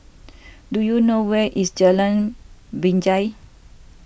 do you know where is Jalan Binjai